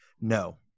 No